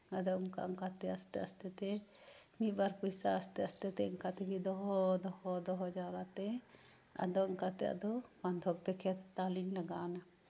ᱟᱫᱚ ᱚᱱᱟᱠᱟᱼᱚᱱᱠᱟᱛᱮ ᱟᱥᱛᱮ ᱟᱥᱛᱮᱼᱛᱮ ᱢᱤᱫ ᱵᱟᱨ ᱯᱚᱭᱥᱟ ᱟᱥᱛᱮᱼᱟᱥᱛᱮᱼᱛᱮ ᱫᱚᱦᱚᱼᱫᱚᱦᱚ ᱡᱟᱣᱨᱟ ᱛᱮ ᱟᱫᱚ ᱚᱱᱠᱟ ᱛᱮ ᱟᱫᱚ ᱵᱚᱱᱫᱷᱚᱠ ᱛᱮ ᱠᱷᱮᱛ ᱦᱟᱛᱟᱣ ᱞᱤᱧ ᱞᱟᱜᱟᱣᱮᱱᱟ